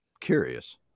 Curious